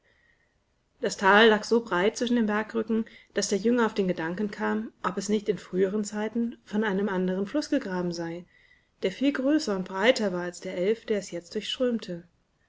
das tal lag so breit zwischen den bergrücken daß der junge auf den gedanken kam ob es nicht in früheren zeiten von einem anderen fluß gegraben sei der viel größer und breiter war als der elf der es jetzt durchströmte